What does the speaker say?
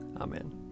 Amen